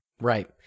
right